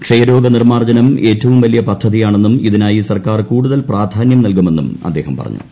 ക്ഷയരോഗ നിർമ്മാർജ്ജനം ഏറ്റവും വലിയ പദ്ധതിയാണെന്നും ഇതിനായി സർക്കാർ കൂടുതൽ പ്രാധാന്യം നൽകുമെന്നും അദ്ദേഹം പറഞ്ഞു